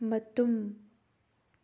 ꯃꯇꯨꯝ